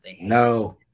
No